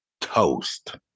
toast